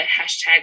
hashtag